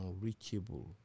unreachable